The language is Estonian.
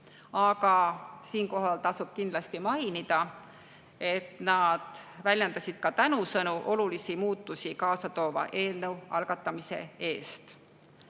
Siinkohal tasub kindlasti mainida, et seejuures väljendasid nad ka tänusõnu olulisi muutusi kaasa toova eelnõu algatamise eest.